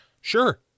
Sure